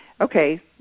okay